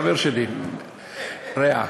חבר שלי, רע.